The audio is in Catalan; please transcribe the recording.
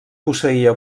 posseïa